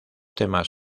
temas